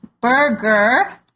Burger